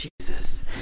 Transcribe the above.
jesus